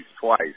twice